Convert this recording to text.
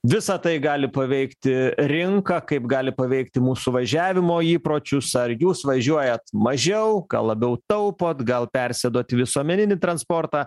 visa tai gali paveikti rinką kaip gali paveikti mūsų važiavimo įpročius ar jūs važiuojat mažiau ką labiau taupot tgal persėdot į visuomeninį transportą